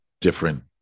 different